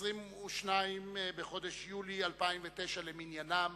22 בחודש יולי 2009 למניינם,